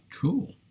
cool